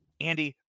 Andy